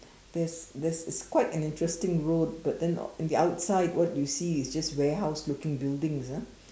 there's there's is quite an interesting road but then in the outside what you see is just warehouse looking buildings ah